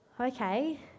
Okay